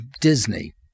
Disney